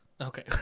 Okay